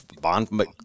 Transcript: bond